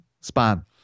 Span